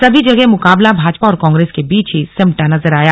सभी जगह मुकाबला भाजपा और कांग्रेस के बीच ही सिमटा नजर आया